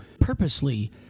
purposely